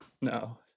no